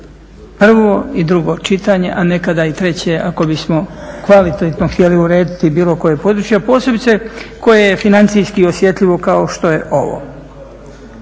prvo i drugo čitanje, a nekada i treće ako bismo kvalitetno htjeli urediti bilo koje područje, a posebice koje je financijski osjetljivo kao što je ovo.